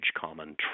common